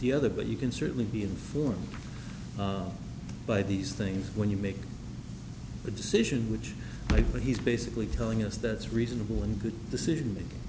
the other but you can certainly be informed by these things when you make the decision which like but he's basically telling us that it's reasonable and good decision